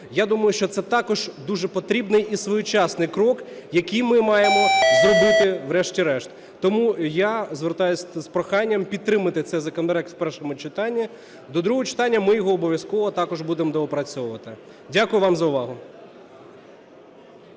Я думаю, що це також дуже потрібний і своєчасний крок, який ми маємо зробити врешті-решт. Тому я звертаюсь із проханням підтримати цей законопроект в першому читанні. До другого читання ми його обов'язково також будемо доопрацьовувати. Дякую вам за увагу.